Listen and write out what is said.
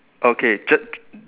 okay jut